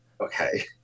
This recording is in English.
Okay